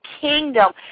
kingdom